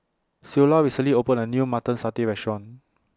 Ceola recently opened A New Mutton Satay Restaurant